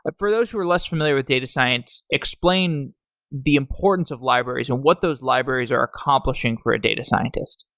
but for those who are less familiar with data science, explain the importance of libraries and what those libraries are accomplishing for a data scientist.